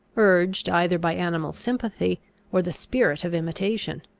urged either by animal sympathy or the spirit of imitation.